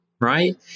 right